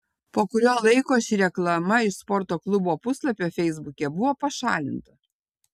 po kurio laiko ši reklama iš sporto klubo puslapio feisbuke buvo pašalinta